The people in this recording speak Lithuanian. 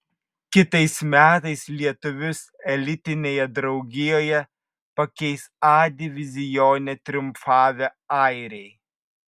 kitais metais lietuvius elitinėje draugijoje pakeis a divizione triumfavę airiai